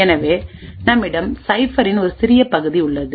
எனவே நம்மிடம் சைஃப்பரின் ஒரு சிறிய பகுதி உள்ளது